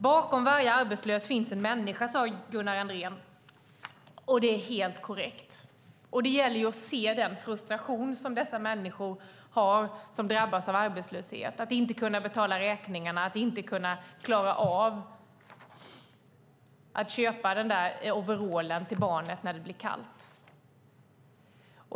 Bakom varje arbetslös finns en människa, sade Gunnar Andrén. Det är helt korrekt. Det gäller att se den frustration som de människor som drabbas av arbetslöshet känner. Det handlar om att inte kunna betala räkningarna och att inte klara av att köpa en overall till barnet när det blir kallt.